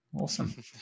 awesome